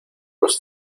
los